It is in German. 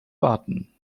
warten